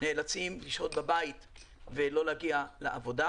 נאלצים לשהות בבית ולא להגיע לעבודה.